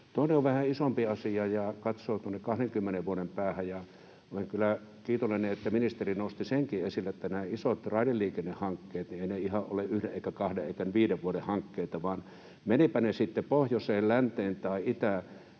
Toinen on vähän isompi asia. Katsoin tuonne 20 vuoden päähän, ja olen kyllä kiitollinen, että ministeri nosti senkin esille, että nämä isot raideliikennehankkeet eivät ole ihan yhden eivätkä kahden eivätkä viiden vuoden hankkeita, vaan menivätpä ne sitten pohjoiseen, länteen tai itään,